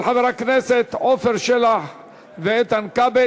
של חברי הכנסת עפר שלח ואיתן כבל.